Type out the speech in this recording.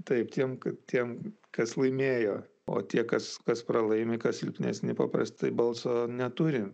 taip tiem kad tiem kas laimėjo o tie kas kas pralaimi kas silpnesni paprastai balso neturi